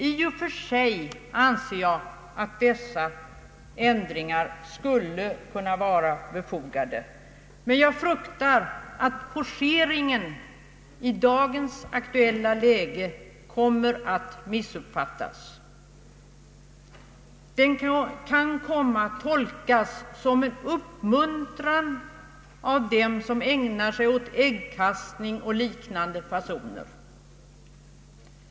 I och för sig anser jag att dessa ändringar skulle kunna vara befogade, men jag fruktar att forceringen i dagens aktuella läge kommer att missuppfattas. Den kan komma att tolkas som en uppmuntran av dem som ägnar sig åt äggkastning och liknande fasoner.